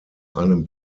einem